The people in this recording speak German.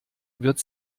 wird